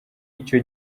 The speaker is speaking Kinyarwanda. icyo